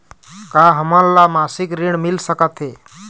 का हमन ला मासिक ऋण मिल सकथे?